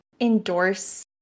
endorse